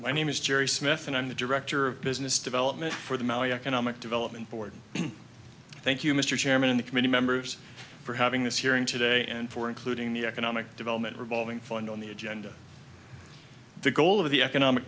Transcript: my name is jerry smith and i'm the director of business development for the maui economic development board thank you mr chairman the committee members for having this hearing today and for including the economic development revolving fund on the agenda the goal of the economic